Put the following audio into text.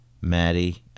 Maddie